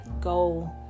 go